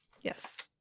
Yes